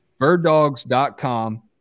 Birddogs.com